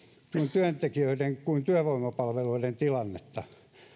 työntekijöiden kuin työvoimapalveluiden tilannetta